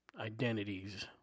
identities